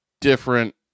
different